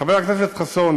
חבר הכנסת חסון,